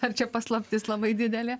ar čia paslaptis labai didelė